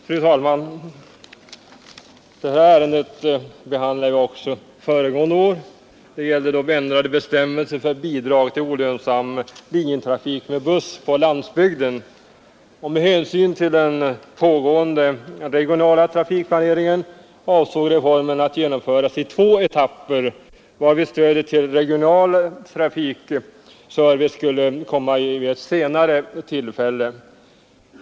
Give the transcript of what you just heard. Fru talman! Det här ärendet behandlade vi också föregående år. Det gällde då ändrade bestämmelser för bidrag till olönsam linjetrafik med buss på landsbygden. Med hänsyn till den pågående regionala trafikplaneringen avsågs reformen bli genomförd i två etapper, varvid stödet till regional trafikservice skulle komma vid ett senare tillfälle.